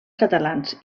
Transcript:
catalans